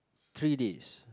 three days